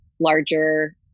larger